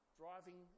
driving